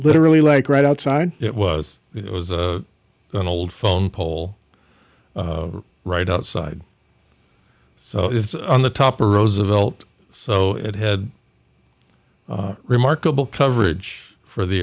literally like right outside it was it was an old phone pole right outside so it's on the top or roosevelt so it had remarkable coverage for the